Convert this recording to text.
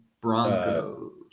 Broncos